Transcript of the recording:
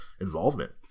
involvement